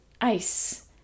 ice